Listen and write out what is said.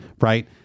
Right